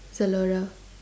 Zalora